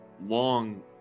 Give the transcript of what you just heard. long